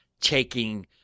taking